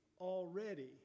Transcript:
already